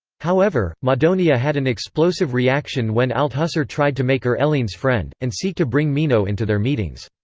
however, madonia had an explosive reaction when althusser tried to make her helene's friend, and seek to bring mino into their meetings.